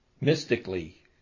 mystically